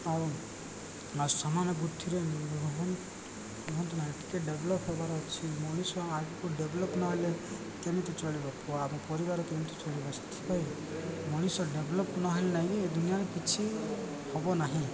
ଆଉ ଆ ସମାନ ବୃଦ୍ଧିରେ ରୁହନ୍ତୁ ନାହିଁ ଟିକେ ଡେଭଲପ୍ ହେବାର ଅଛି ମଣିଷ ଆଗକୁ ଡେଭଲପ୍ ନହେଲେ କେମିତି ଚଳିବ ପୁଣି ଆମ ପରିବାର କେମିତି ଚଳିବ ସେଥିପାଇଁ ମଣିଷ ଡେଭଲପ୍ ନହଲେ ନାହିଁ ଏ ଦୁନିଆ କିଛି ହେବ ନାହିଁ